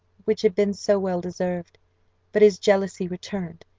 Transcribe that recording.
which had been so well deserved but his jealousy returned,